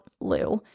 Lou